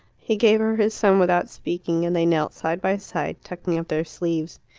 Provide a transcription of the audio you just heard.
he gave her his son without speaking, and they knelt side by side, tucking up their sleeves.